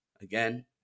again